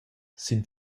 sin